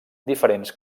diferents